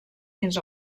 fins